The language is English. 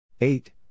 eight